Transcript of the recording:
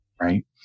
Right